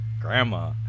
Grandma